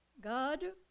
God